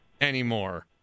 anymore